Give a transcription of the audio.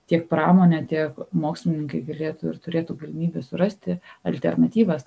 tiek pramonė tiek mokslininkai galėtų ir turėtų galimybių surasti alternatyvas